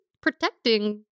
protecting